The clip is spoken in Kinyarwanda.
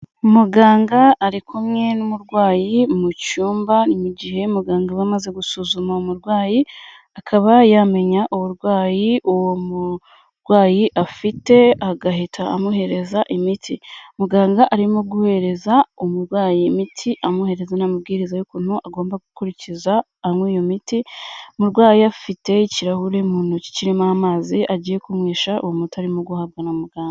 Muganga ari kumwe n'umurwayi mu cyumba, ni mu gihe muganga aba amaze gusuzuma umurwayi, akaba yamenya uburwayi uwo murwayi afite, agahita amuhereza imiti. Muganga arimo guhereza umurwayi imiti, amuhereza n'amabwiriza y'ukuntu agomba gukurikiza anywa iyo miti, umurwayi afite ikirahure mu ntoki kirimo amazi agiye kunywesha uwo muti arimo guhabwa na muganga.